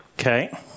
Okay